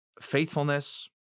faithfulness